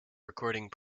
recording